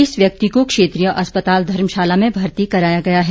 इस व्यक्ति को क्षेत्रीय अस्पताल धर्मशाला में भर्ती कराया गया है